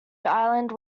island